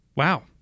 Wow